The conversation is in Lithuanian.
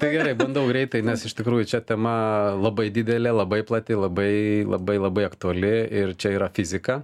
tai gerai bandau greitai nes iš tikrųjų čia tema labai didelė labai plati labai labai labai aktuali ir čia yra fizika